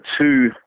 two